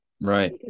Right